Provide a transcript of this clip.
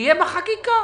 יהיה בחקיקה.